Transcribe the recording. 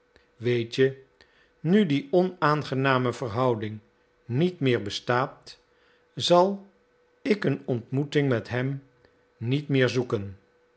weet je nu die onaangename verhouding niet meer bestaat zal ik een ontmoeting met hem niet meer zoeken